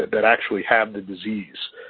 that actually have the disease.